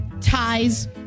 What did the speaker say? ties